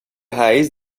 raiz